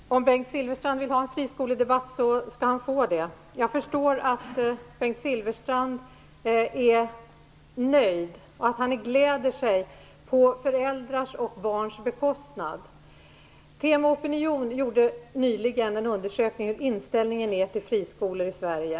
Herr talman! Om Bengt Silfverstrand vill ha en friskoledebatt skall han få det. Jag förstår att Bengt Silfverstrand är nöjd och att han gläder sig på föräldrars och barns bekostnad. TEMO opinion gjorde nyligen en undersökning av hur inställningen till friskolor är i Sverige.